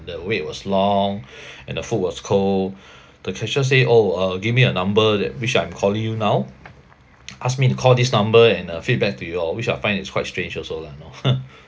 the wait was long and the food was cold the cashier say oh uh give me a number that which I'm calling you now asked me to call this number and uh feedback to you all which I find it quite strange also lah know